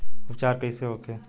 उपचार कईसे होखे?